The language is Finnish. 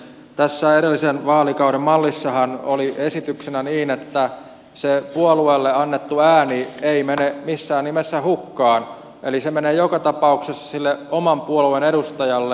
tässä edellisen vaalikauden mallissahan oli esityksenä se että se puolueelle annettu ääni ei mene missään nimessä hukkaan eli se menee joka tapauksessa sille oman puolueen edustajalle